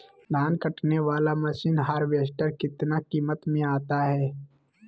धान कटने बाला मसीन हार्बेस्टार कितना किमत में आता है?